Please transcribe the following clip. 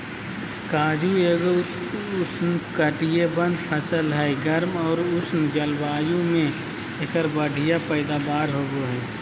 काजू एगो उष्णकटिबंधीय फसल हय, गर्म आर उष्ण जलवायु मे एकर बढ़िया पैदावार होबो हय